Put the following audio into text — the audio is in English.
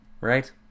right